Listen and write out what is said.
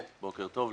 בוקר טוב לך.